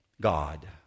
God